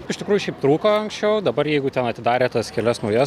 iš tikrųjų šiaip trūko anksčiau dabar jeigu ten atidarė tas kelias naujas